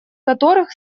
которых